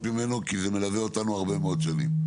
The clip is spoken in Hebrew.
ממנו כי זה מלווה אותנו הרבה מאוד שנים.